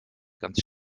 ganz